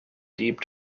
deep